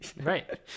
Right